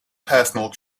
personal